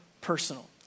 personal